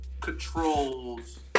controls